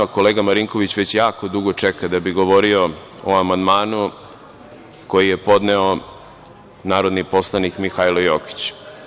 Kolega Marinković već jako dugo čeka da bi govorio o amandmanu koji je podneo narodni poslanik Mihailo Jokić.